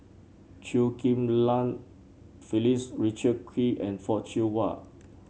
Chew Ghim Lian Phyllis Richard Kee and Fock Siew Wah